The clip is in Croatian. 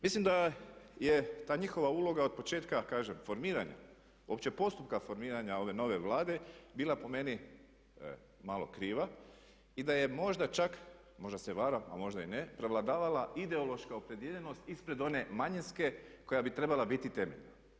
Mislim da je ta njihova uloga od početka kažem, formiranja, uopće postupka formiranja ove nove Vlade bila po meni malo kriva i da je možda čak, možda se varam a možda i ne, prevladavala ideološka opredijeljenost ispred one manjinske koja bi trebala biti temeljna.